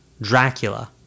Dracula